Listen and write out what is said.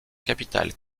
capitale